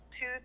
Two